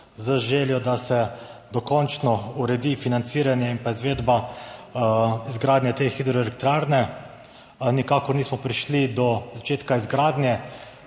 z željo, da se dokončno uredi financiranje in izvedba, izgradnja te hidroelektrarne. Nikakor nismo prišli do začetka izgradnje.